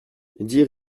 dix